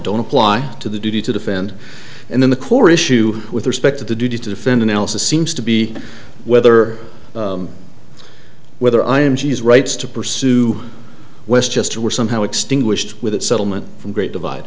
don't apply to the duty to defend and then the core issue with respect to the duty to defend analysis seems to be whether whether i am g s rights to pursue west just or were somehow extinguished with that settlement from great divide